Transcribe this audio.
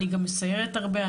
אני גם מסיירת הרבה,